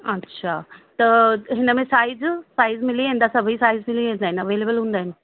अच्छा त हिनमें साइज साइज मिली वेंदा सभई साइज मिली वेंदा अवेलेबिल हूंदा आहिनि